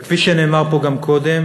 וכפי שנאמר פה גם קודם,